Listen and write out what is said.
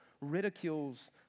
ridicules